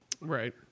Right